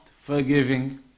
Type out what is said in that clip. forgiving